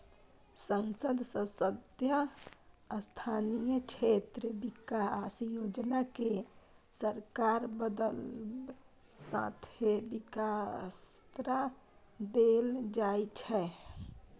संसद सदस्य स्थानीय क्षेत्र बिकास योजना केँ सरकार बदलब साथे बिसरा देल जाइ छै